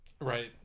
Right